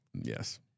Yes